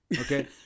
Okay